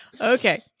Okay